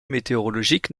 météorologique